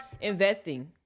investing